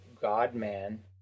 God-man